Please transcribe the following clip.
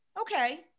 okay